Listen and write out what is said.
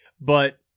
but-